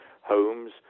homes